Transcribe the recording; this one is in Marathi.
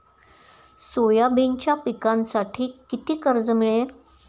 सोयाबीनच्या पिकांसाठी किती कर्ज मिळेल?